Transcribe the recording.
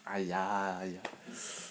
!aiya!